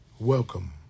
Welcome